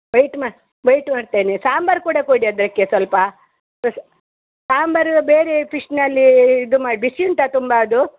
wait ಮಾ wait ಮಾಡ್ತೇನೆ ಸಾಂಬಾರು ಕೂಡ ಕೊಡಿ ಅದಕ್ಕೆ ಸ್ವಲ್ಪ ರಸ್ ಸಾಂಬಾರು ಬೇರೆ ಪಿಶ್ನಲ್ಲೀ ಇದು ಮಾ ಬಿಸಿ ಉಂಟ ತುಂಬಾ ಅದು